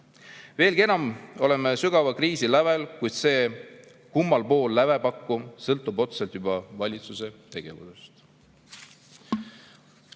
Veelgi enam, oleme sügava kriisi lävel, kuid see, kummal pool lävepakku, sõltub otseselt juba valitsuse tegevusest.